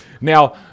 Now